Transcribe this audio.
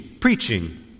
preaching